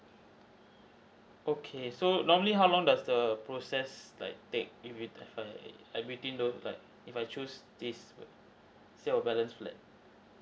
okay so normally how long does the process like take if we I I waiting those like if I choose this sale of balance flat